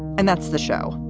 and that's the show.